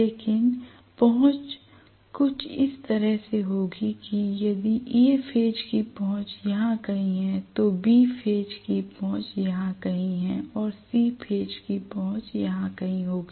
लेकिन पहुंच कुछ इस तरह से होगी कि यदि A फेज की पहुंच यहां कहीं है तो B फेज की पहुंच यहां कहीं होगी और C फेज की पहुंच यहां कहीं होगी